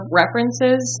references